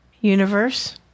universe